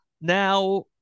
now